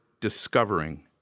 discovering